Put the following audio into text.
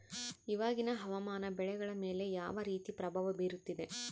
ಇವಾಗಿನ ಹವಾಮಾನ ಬೆಳೆಗಳ ಮೇಲೆ ಯಾವ ರೇತಿ ಪ್ರಭಾವ ಬೇರುತ್ತದೆ?